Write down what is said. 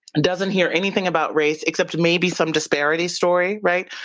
and doesn't hear anything about race except maybe some disparities story, right,